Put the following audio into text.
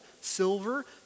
silver